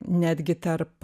netgi tarp